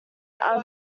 are